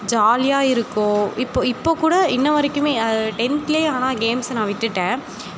ஜாலியாக இருக்கும் இப்போது இப்போது கூட இன்னி வரைக்குமே அதாவது டென்த்துலேயே ஆனால் கேம்ஸை நான் விட்டுவிட்டேன்